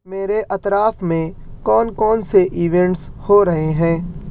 میرے اطراف میں کون کون سے ایونٹس ہو رہے ہیں